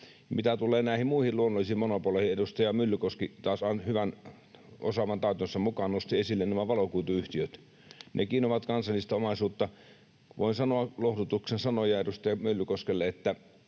Mitä tulee näihin muihin luonnollisiin monopoleihin, niin edustaja Myllykoski taas hyvän, osaavan taitonsa mukaan nosti esille nämä valokuituyhtiöt. Nekin ovat kansallista omaisuutta. Voin sanoa lohdutuksen sanoja edustaja Myllykoskelle, että